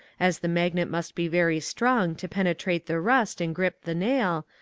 as the magnet must be very strong to penetrate the rust and grip the nail,